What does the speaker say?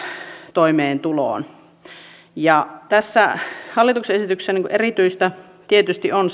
toimeentuloon tässä hallituksen esityksessä erityistä ja tunnustettavaa tietysti on